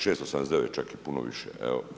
679 čak i puno više evo.